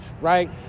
right